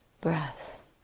breath